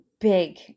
big